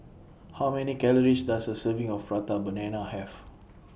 How Many Calories Does A Serving of Prata Banana Have